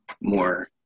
more